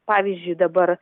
pavyzdžiui dabar